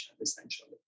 essentially